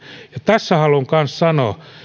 tässä haluan sanoa